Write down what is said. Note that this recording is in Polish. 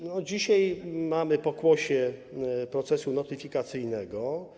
I dzisiaj mamy pokłosie procesu notyfikacyjnego.